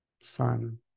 sun